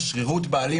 שרירות הבעלים,